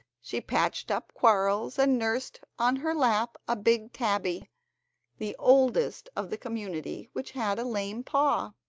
she patched up quarrels, and nursed on her lap a big tabby the oldest of the community which had a lame paw.